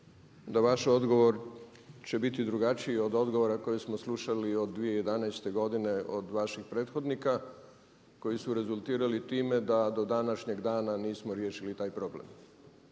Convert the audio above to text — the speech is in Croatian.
da vaš odgovor će biti drugačiji od odgovora koji smo slušali od 2011. godine od vaših prethodnika koji su rezultirali time da do današnjeg dana nismo riješili taj problem.